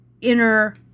inner